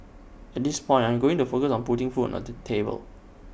at this point I am going to focus on putting food on the table